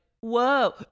whoa